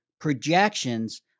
projections